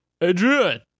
Adrian